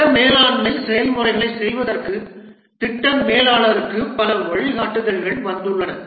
திட்ட மேலாண்மை செயல்முறைகளைச் செய்வதற்கு திட்ட மேலாளருக்கு பல வழிகாட்டுதல்கள் வந்துள்ளன